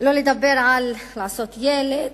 שלא לדבר על לעשות ילד.